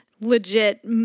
legit